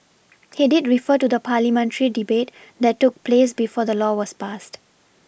he did refer to the parliamentary debate that took place before the law was passed